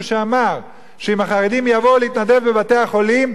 שאמר שאם החרדים יבואו להתנדב בבתי-החולים,